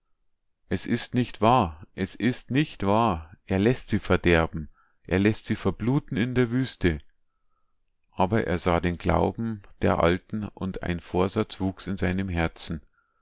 es ist nicht wahr es ist nicht wahr er läßt sie verderben er läßt sie verbluten in der wüste aber er sah den glauben der alten und ein vorsatz wuchs in seinem herzen